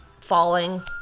falling